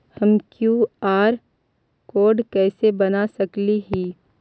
हम QR code कैसे बना सकली ही?